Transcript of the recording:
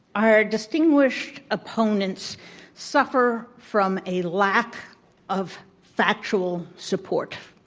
our distinguished opponents suffer from a lack of factual support